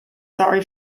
sorry